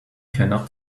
cannot